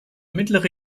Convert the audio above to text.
mittlere